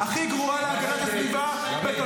אפשר להוריד אותו, בבקשה?